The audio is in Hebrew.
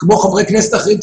כמו חברי כנסת אחרים,